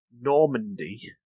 Normandy